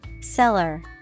Seller